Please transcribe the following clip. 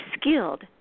skilled